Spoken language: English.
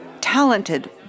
talented